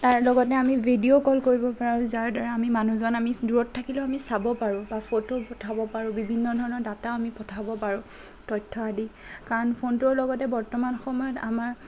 তাৰ লগতে আমি ভিডিঅ' কল কৰিব পাৰোঁ যাৰ দ্বাৰা আমি মানুহজন আমি দূৰত থাকিলেও আমি চাব পাৰোঁ বা ফটো পঠাব পাৰোঁ বিভিন্ন ধৰণৰ ডাটা আমি পঠাব পাৰোঁ তথ্য আদি কাৰণ ফোনটোৰ লগতে বৰ্তমান সময়ত আমাৰ